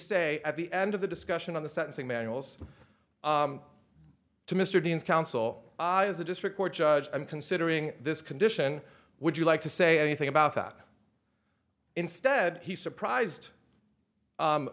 say at the end of the discussion on the sentencing manuals to mr dean's counsel as a district court judge i'm considering this condition would you like to say anything about that instead he surprised